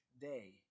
day